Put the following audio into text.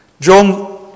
John